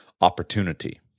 opportunity